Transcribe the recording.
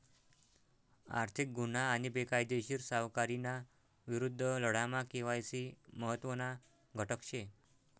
आर्थिक गुन्हा आणि बेकायदेशीर सावकारीना विरुद्ध लढामा के.वाय.सी महत्त्वना घटक शे